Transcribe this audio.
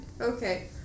okay